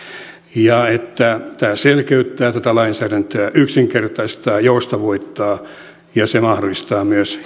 ja tämä esitys selkeyttää tätä lainsäädäntöä yksinkertaistaa joustavoittaa ja se mahdollistaa myös